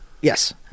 yes